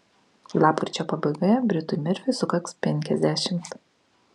lapkričio pabaigoje britui merfiui sukaks penkiasdešimt